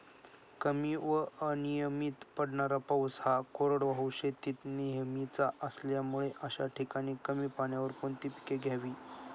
कमी व अनियमित पडणारा पाऊस हा कोरडवाहू शेतीत नेहमीचा असल्यामुळे अशा ठिकाणी कमी पाण्यावर कोणती पिके घ्यावी?